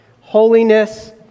holiness